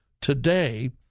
today